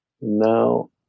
Now